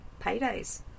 paydays